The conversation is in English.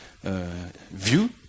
view